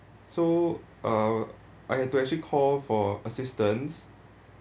so uh I have to actually call for assistance